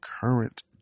current